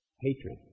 Hatred